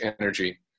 energy